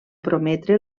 prometre